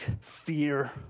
fear